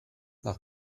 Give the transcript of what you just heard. nach